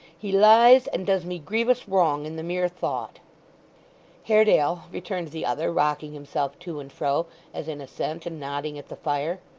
he lies, and does me grievous wrong, in the mere thought haredale, returned the other, rocking himself to and fro as in assent, and nodding at the fire,